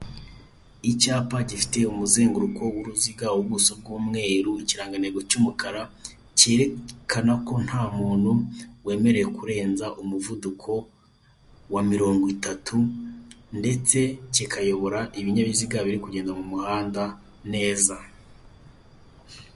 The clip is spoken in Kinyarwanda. Icyapa gifite umuzenguruko wuruziga ubuso bw'umweru ikirangantego cy'umukara cyerekana ko ntamuntu wemerewe kurenza umuvuduko wa mirongo itatu ndetse kikayobora ibinyabiziga biri kugenda mumuhanda neza.